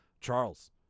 Charles